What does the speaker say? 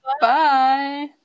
Bye